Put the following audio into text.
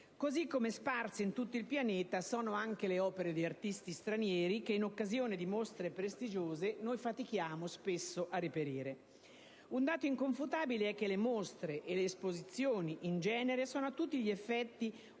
ugualmente sparse in tutto il pianeta sono le opere di artisti stranieri che in occasione di mostre prestigiose fatichiamo spesso a reperire. Un dato inconfutabile è che le mostre e le esposizioni in genere sono a tutti gli effetti una